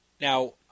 Now